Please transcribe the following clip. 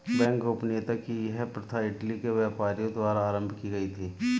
bank गोपनीयता की यह प्रथा इटली के व्यापारियों द्वारा आरम्भ की गयी थी